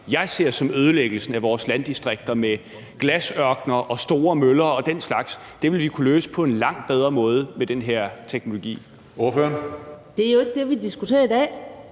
jeg ser som ødelæggelsen af vores landdistrikter med glasørkner og store møller og den slags. Det vil vi kunne løse på en langt bedre måde med den her teknologi. Kl. 11:49 Tredje næstformand